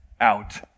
out